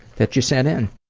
that you sent in.